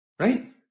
Right